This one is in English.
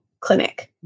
clinic